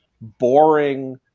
boring